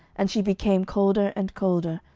and she became colder and colder,